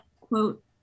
quote